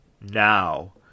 now